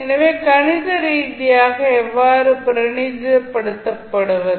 எனவே கணித ரீதியாக எவ்வாறு பிரதிநிதித்துவப்படுத்துவது